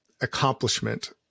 accomplishment